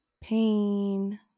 pain